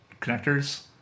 connectors